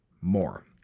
more